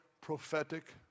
prophetic